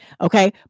Okay